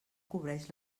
cobreix